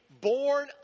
born